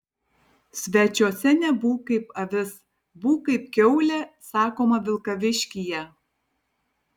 svečiuose nebūk kaip avis būk kaip kiaulė sakoma vilkaviškyje